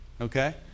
Okay